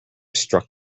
struck